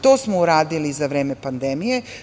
To smo uradili i za vreme pandemije.